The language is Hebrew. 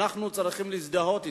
אנחנו צריכים להזדהות אתו.